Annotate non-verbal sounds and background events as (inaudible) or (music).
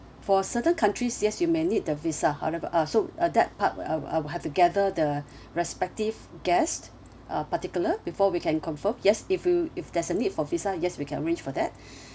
for certain countries yes you may need the visa however uh so uh that part I will I will have to gather the respective guest uh particular before we can confirm yes if you if there's a need for visa yes we can arrange for that (breath)